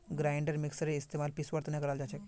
grinder मिक्सरेर इस्तमाल पीसवार तने कराल जाछेक